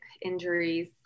injuries